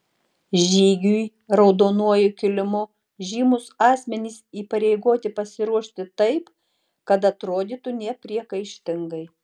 žygiui raudonuoju kilimu žymūs asmenys įpareigoti pasiruošti taip kad atrodytų nepriekaištingai